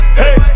hey